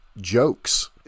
jokes